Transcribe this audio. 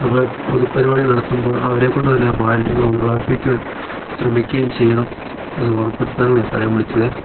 അതുപോലെ പൊതു പരിപാടി നടത്തുമ്പോൾ അവരെക്കൊണ്ട് തന്നെ ആ മാലിന്യങ്ങൾ ഒഴിവായിപ്പിക്കുവാൻ ശ്രമിക്കുകയും ചെയ്യണം എന്നു ഓർമ്മപ്പെടുത്താനും കൂടെയാണ് സാറെ ഞാന് വിളിച്ചത്